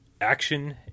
action